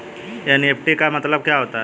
NEFT का मतलब क्या होता है?